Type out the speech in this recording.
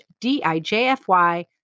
D-I-J-F-Y